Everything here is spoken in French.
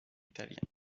italiens